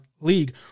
League